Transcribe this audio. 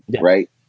right